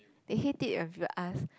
they hate it if you ask